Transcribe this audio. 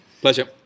Pleasure